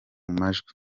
majwi